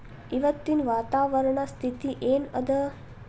ಇವತ್ತಿನ ವಾತಾವರಣ ಸ್ಥಿತಿ ಏನ್ ಅದ?